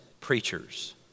preachers